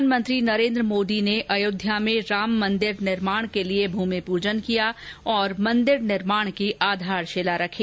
प्रधानमंत्री नरेन्द्र मोदी ने अयोध्या में राम मन्दिर निर्माण के लिए भूमि पूजन किया और मन्दिर निर्माण की आधारशिला रखी